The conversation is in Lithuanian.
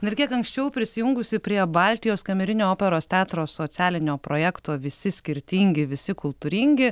na ir kiek anksčiau prisijungusi prie baltijos kamerinio operos teatro socialinio projekto visi skirtingi visi kultūringi